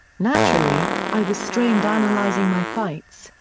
naturally, i was strained analyzing my fights.